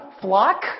flock